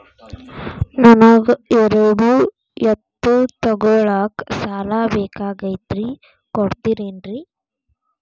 ನನಗ ಎರಡು ಎತ್ತು ತಗೋಳಾಕ್ ಸಾಲಾ ಬೇಕಾಗೈತ್ರಿ ಕೊಡ್ತಿರೇನ್ರಿ?